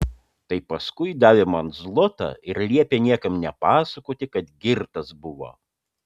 tai paskui davė man zlotą ir liepė niekam nepasakoti kad girtas buvo